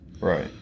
Right